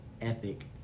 ethic